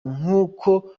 nk’uko